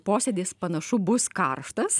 posėdis panašu bus karštas